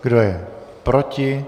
Kdo je proti?